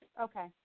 Okay